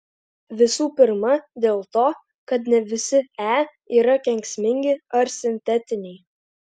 visų pirma dėl to kad ne visi e yra kenksmingi ar sintetiniai